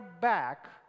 back